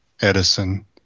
Edison